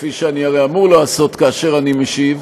כפי שאני אמור לעשות כאשר אני משיב,